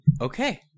okay